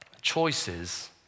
choices